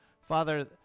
Father